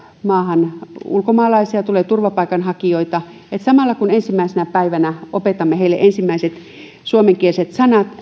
maahan ulkomaalaisia tulee turvapaikanhakijoita niin samalla kun ensimmäisenä päivänä opetamme heille ensimmäiset suomenkieliset sanat